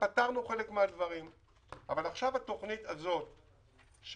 פתרנו חלק מהדברים והתוכנית שיזמתי,